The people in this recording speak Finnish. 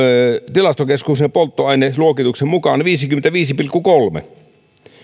tilastokeskuksen polttoaineluokituksen mukaan viidenkymmenenviiden pilkku kolmannen